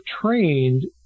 trained